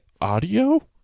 audio